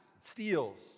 steals